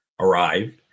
Arrived